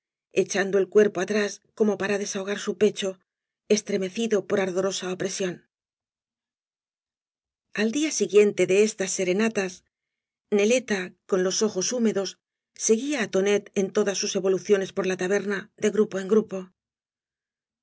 echando el cuerpo atrás como para desahogar bu pecho estremecido por ardorosa opresión al día siguiente de estas serenatas neleta v blasoo ibákbje con loa ojos húmedos seguía á tonet en todas sas evoluciones por la taberna de grupo en grupo el